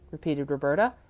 repeated roberta.